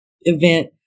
event